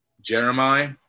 Jeremiah